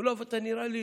אומר: אתה נראה לי